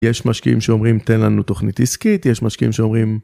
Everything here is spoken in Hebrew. יש משקיעים שאומרים תן לנו תוכנית עסקית, יש משקיעים שאומרים...